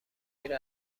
میره